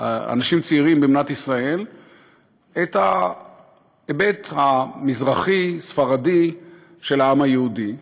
אנשים צעירים במדינת ישראל את ההיבט המזרחי-ספרדי של העם היהודי,